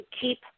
keep